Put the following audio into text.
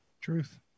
Truth